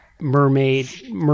mermaid –